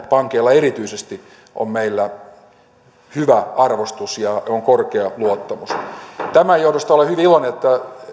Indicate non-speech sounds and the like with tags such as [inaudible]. [unintelligible] pankeilla erityisesti on meillä hyvä arvostus ja korkea luottamus tämän johdosta olen hyvin iloinen että